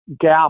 gap